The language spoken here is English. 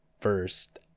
first